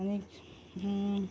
आनी